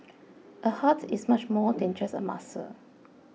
a heart is much more than just a muscle